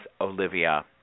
Olivia